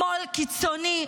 שמאל קיצוני,